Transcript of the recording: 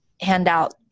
handout